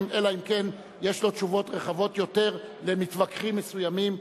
אלא אם כן יש לו תשובות נרחבות יותר למתווכחים מסוימים.